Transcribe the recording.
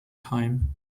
time